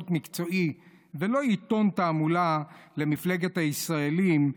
מקצועי ולא עיתון תעמולה למפלגת הישראלים,